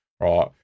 right